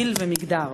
גיל ומגדר.